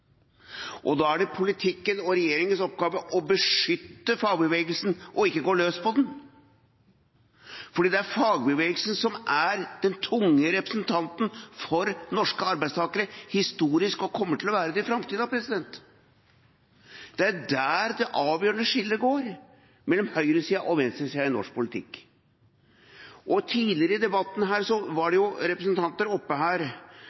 Da er det politikkens og regjeringas oppgave å beskytte fagbevegelsen – ikke gå løs på den. Det er fagbevegelsen som har vært den tunge representanten for norske arbeidstakere i et historisk perspektiv, og som også kommer til å være det i framtida. Det er der det avgjørende skillet går mellom høyresida og venstresida i norsk politikk. Tidligere i debatten